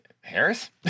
Harris